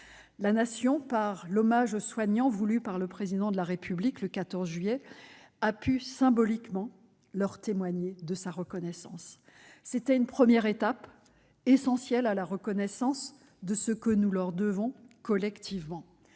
La Nation, par l'hommage aux soignants voulu par le Président de la République le 14 juillet, a pu symboliquement leur témoigner sa reconnaissance. Il y avait là une première étape, essentielle à la reconnaissance de ce que nous leur devons collectivement.